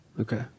okay